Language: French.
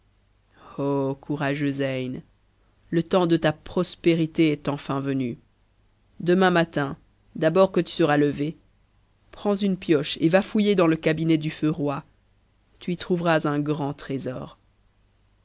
courageux zeyn le temps de ta prospérité est enfin venu demain matin d'abord que tu seras levé prends une pioche et va fouiller dans le cabinet du feu roi tu y trouveras un grand trésor